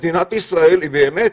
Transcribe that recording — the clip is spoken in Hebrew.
מדינת ישראל היא באמת